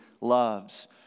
loves